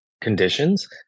conditions